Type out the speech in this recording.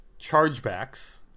chargebacks